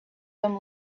them